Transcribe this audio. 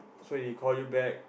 so he call you back